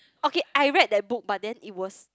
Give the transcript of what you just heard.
okay I read that book but then it was